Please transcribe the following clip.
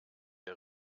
der